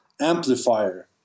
amplifier